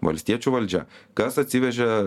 valstiečių valdžia kas atsivežė